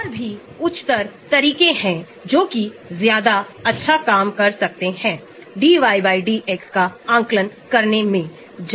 आप फ्लोरीन देख सकते हैं जो ऑर्थो में है ऑर्थो में यह बहुत उच्च dissociation constant है